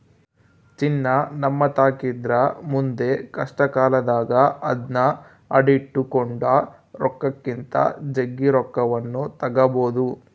ಚಿನ್ನ ನಮ್ಮತಾಕಿದ್ರ ಮುಂದೆ ಕಷ್ಟಕಾಲದಾಗ ಅದ್ನ ಅಡಿಟ್ಟು ಕೊಂಡ ರೊಕ್ಕಕ್ಕಿಂತ ಜಗ್ಗಿ ರೊಕ್ಕವನ್ನು ತಗಬೊದು